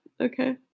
Okay